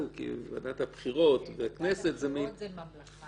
כי ועדת הבחירות והכנסת זה --- ועדת הבחירות זה סופר ממלכה.